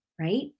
right